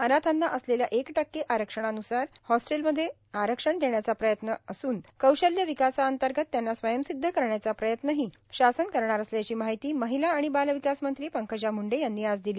अनाथांना असलेल्या एक टक्के आरक्षणान्सार हॉस्टेलमध्ये आरक्षण देण्याचा प्रयत्न असून कौशल्य विकासाअंतर्गत त्यांना स्वयंसिद्व करण्याचा प्रयत्नही शासन करणार असल्याची माहिती महिला आणि बालविकास मंत्री पंकजा मंंडे यांनी आज दिली